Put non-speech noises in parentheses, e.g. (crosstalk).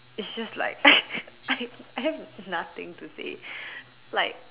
is just like (laughs) I I have nothing to say like